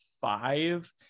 five